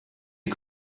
you